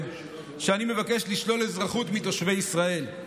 שאני מבקש לשלול אזרחות מתושבי ישראל.